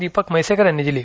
दीपक म्हैसेकर यांनी दिली